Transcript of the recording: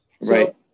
Right